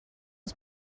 els